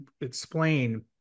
explain